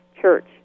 Church